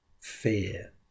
fear